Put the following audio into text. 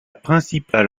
principale